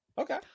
okay